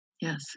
Yes